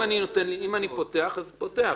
אם אני פותח אז אני פותח,